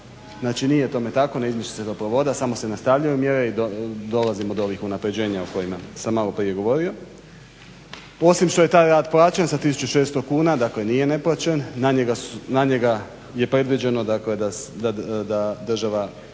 znači nije tome tako, ne izmišlja se topla voda samo se nastavljaju mjere i dolazimo do ovih unapređenja o kojima sam maloprije govorio. Osim što je taj rad plaćen sa 1600 kuna, dakle nije neplaćen, na njega je predviđeno dakle da